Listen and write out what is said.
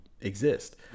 exist